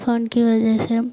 phone की वजह से